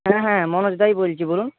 হ্যাঁ হ্যাঁ মনোজদাই বলছি বলুন